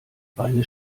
beine